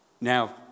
Now